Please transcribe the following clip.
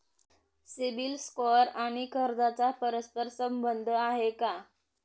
CIBIL score आणि कर्जाचा परस्पर संबंध आहे का?